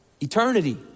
Eternity